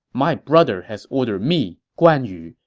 my brother has ordered me, guan yu,